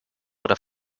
oder